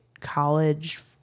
college